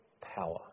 power